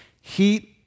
Heat